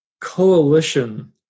coalition